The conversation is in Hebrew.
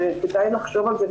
וכדאי לחשוב על זה,